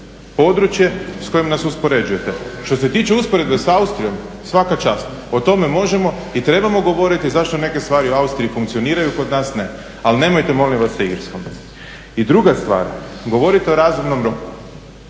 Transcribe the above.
područje s kojim nas uspoređujete. Što se tiče usporedbe s Austrijom svaka čast, o tome možemo i trebamo govoriti zašto neke stvari u Austriji funkcioniraju a kod nas ne, ali nemojte molim vas sa Irskom. I druga stvar, govorite o razumnom roku.